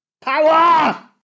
power